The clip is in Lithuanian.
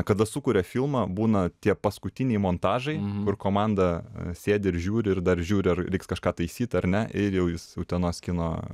kada sukuria filmą būna tie paskutiniai montažai ir komanda sėdi ir žiūri ir dar žiūri ar reiks kažką taisyt ar ne ir jau jis utenos kino